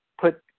put